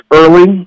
early